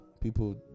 People